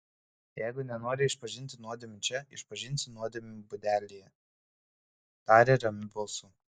jeigu nenori išpažinti nuodėmių čia išpažinsi nuodėmių būdelėje tarė ramiu balsu